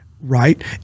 right